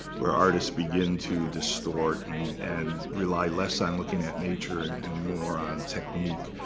where artists begin to distort and and rely less on looking at nature, and more on technique.